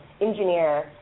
engineer